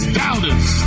doubters